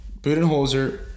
Budenholzer